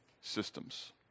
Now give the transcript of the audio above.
systems